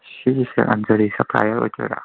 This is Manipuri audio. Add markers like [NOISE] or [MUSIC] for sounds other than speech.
ꯁꯤꯒꯤ [UNINTELLIGIBLE] ꯁꯄ꯭ꯂꯥꯏꯌꯔ ꯑꯣꯏꯗꯣꯏꯔꯥ